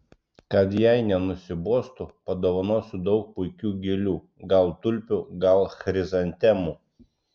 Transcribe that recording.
kad jai nenusibostų padovanosiu daug puikių gėlių gal tulpių gal chrizantemų